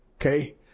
Okay